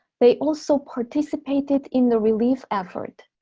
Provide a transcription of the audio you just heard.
they also participated in the relief effort,